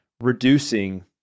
reducing